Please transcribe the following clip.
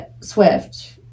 Swift